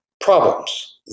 problems